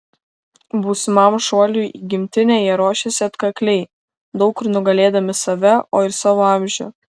būsimam šuoliui į gimtinę jie ruošėsi atkakliai daug kur nugalėdami save o ir savo amžių